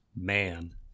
man